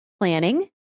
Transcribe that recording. Planning